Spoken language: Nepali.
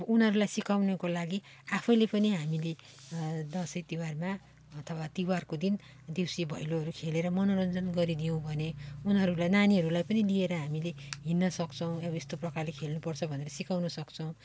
अब उनीहरूलाई सिकाउनुको लागि आफैँले पनि हामीले दसैँ तिहारमा अथवा तिहारको दिन देउसी भैलोहरू खेलेर मनोरञ्जन गरिदियौँ भने उनीहरूलाई नानीहरूलाई पनि लिएर हामीले हिँड्न सक्छौँ अब यस्तो प्रकारले खेल्नु पर्छ भनेर सिकाउन सक्छौँ